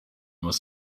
was